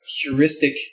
heuristic